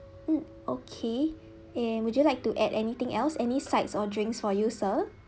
mm okay eh would you like to add anything else any sides or drinks for you sir